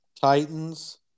Titans